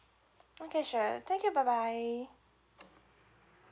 okay sure thank you bye bye